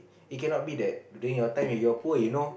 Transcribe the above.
he cannot be that during your time you were poor you know